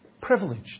privileged